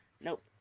nope